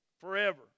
forever